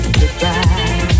goodbye